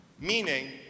Meaning